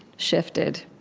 shifted,